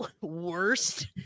worst